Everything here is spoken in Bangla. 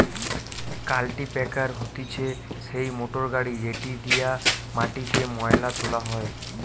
কাল্টিপ্যাকের হতিছে সেই মোটর গাড়ি যেটি দিয়া মাটিতে মোয়লা তোলা হয়